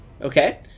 Okay